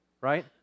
right